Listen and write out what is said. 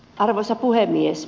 arvoisa puhemies